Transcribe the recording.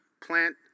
plant